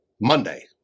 Monday